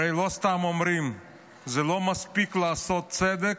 הרי לא סתם אומרים שלא מספיק לעשות צדק,